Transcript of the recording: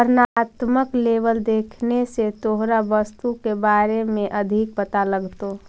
वर्णात्मक लेबल देखने से तोहरा वस्तु के बारे में अधिक पता लगतो